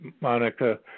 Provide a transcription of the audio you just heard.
Monica